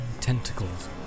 tentacles